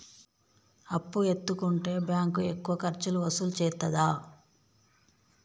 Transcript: అప్పు ఎత్తుకుంటే బ్యాంకు ఎక్కువ ఖర్చులు వసూలు చేత్తదా?